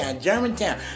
Germantown